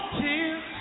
Tears